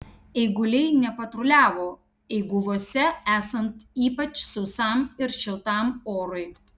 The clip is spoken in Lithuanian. eiguliai nepatruliavo eiguvose esant ypač sausam ir šiltam orui